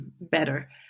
better